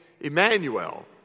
Emmanuel